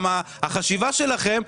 החשיבה שלכם,